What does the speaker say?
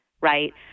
right